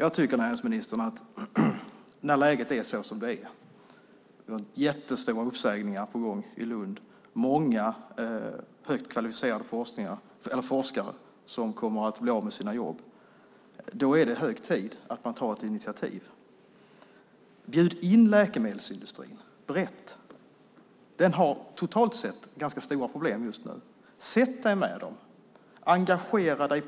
Jag tycker, näringsministern, att när läget är som det är, jättestora uppsägningar är på gång i Lund, många högt kvalificerade forskare kommer att bli av med sina jobb, är det hög tid att man tar ett initiativ. Bjud in läkemedelsindustrin brett! Den har totalt sett ganska stora problem just nu. Sätt dig med dem! Engagera dig